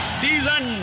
season